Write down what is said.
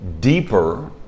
Deeper